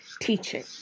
teaching